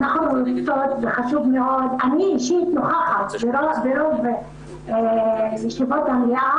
אני אישית נוכחת ברוב ישיבות המליאה